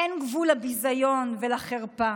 "אין גבול לביזיון ולחרפה.